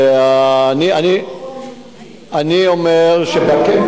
שאני, הרובע הוא יהודי.